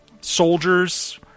soldiers